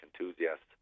enthusiasts